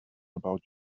about